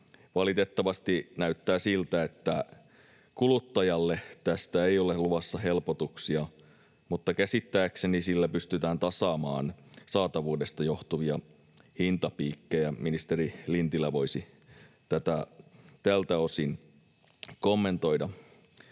Valitettavasti näyttää siltä, että kuluttajalle tähän ei ole luvassa helpotuksia, mutta käsittääkseni sillä pystytään tasaamaan saatavuudesta johtuvia hintapiikkejä. Ministeri Lintilä voisi tätä tältä osin kommentoida.